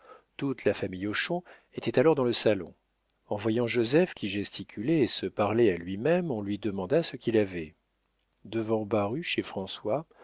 toute la famille hochon était alors dans le salon en voyant joseph qui gesticulait et se parlait à lui-même on lui demanda ce qu'il avait devant baruch et françois